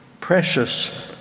precious